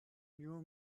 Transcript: new